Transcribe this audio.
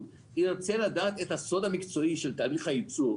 ירצה לדעת את הסוד המקצועי של תהליך הייצור,